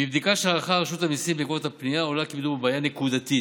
מבדיקה שערכה רשות המיסים בעקבות הפנייה עולה כי מדובר בבעיה נקודתית.